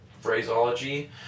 phraseology